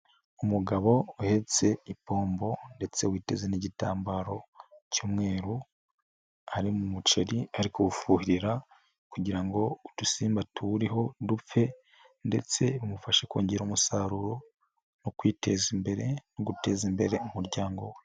Umugabo uhetse ipombo ndetse witeze n'igitambaro cy'umweru ari mu muceri ari kuwufuhirira kugira ngo udusimba tuwuriho dupfe ndetse bimufashe kongera umusaruro no kwiteza imbere no guteza imbere umuryango we.